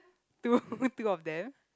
two two of them